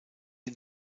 ihn